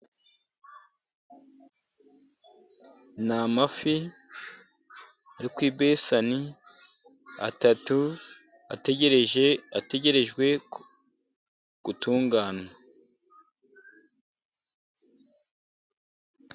Ni amafi yo ku ibesani atatu, ategereje, ategerejwe gutunganywa.